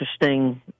interesting